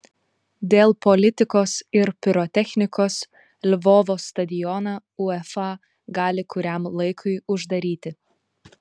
dėl politikos ir pirotechnikos lvovo stadioną uefa gali kuriam laikui uždaryti